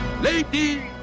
Ladies